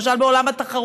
למשל בעולם התחרות.